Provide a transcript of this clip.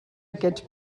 aquests